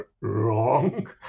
wrong